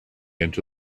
into